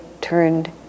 turned